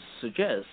suggest